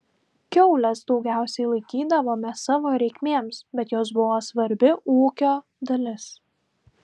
kiaules daugiausiai laikydavome savo reikmėms bet jos buvo svarbi ūkio dalis